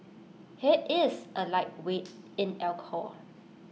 he is A lightweight in alcohol